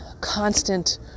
constant